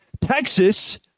Texas